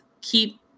keep